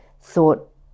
thought